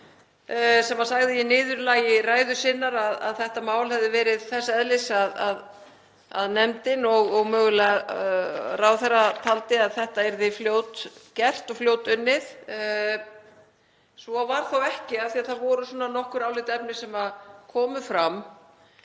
sem sagði í niðurlagi ræðu sinnar að þetta mál hefði verið þess eðlis að nefndin og mögulega ráðherra töldu að þetta yrði fljótgert og fljótunnið. Svo varð þó ekki af því að nokkur álitaefni komu fram.